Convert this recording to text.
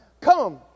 Come